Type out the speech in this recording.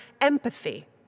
empathy